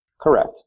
Correct